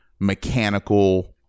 mechanical